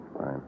Fine